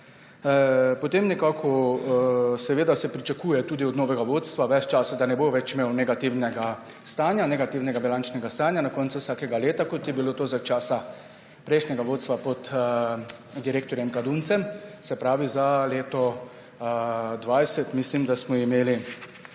ves čas pričakuje tudi od novega vodstva, da ne bo več imel negativnega stanja, negativnega bilančnega stanja na koncu vsakega leta, kot je bilo to za časa prejšnjega vodstva pod direktorjem Kaduncem, se pravi za leto 2020, mislim, smo imeli